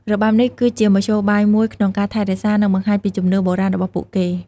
របាំនេះគឺជាមធ្យោបាយមួយក្នុងការថែរក្សា និងបង្ហាញពីជំនឿបុរាណរបស់ពួកគេ។